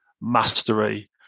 mastery